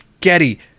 Getty